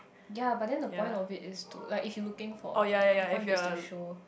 ya but then the point of it is to like if you looking for the point is to show